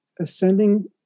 ascending